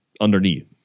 underneath